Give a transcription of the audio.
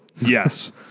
Yes